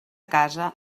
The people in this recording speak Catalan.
casa